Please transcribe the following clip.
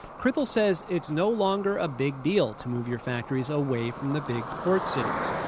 crothall says it's no longer a big deal to move your factories away from the big port cities.